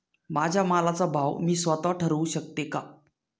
माझ्या मालाचा भाव मी स्वत: ठरवू शकते का?